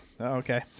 okay